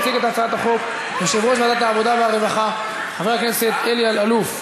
יציג את הצעת החוק יושב-ראש ועדת העבודה והרווחה חבר הכנסת אלי אלאלוף.